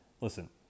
Listen